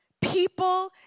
people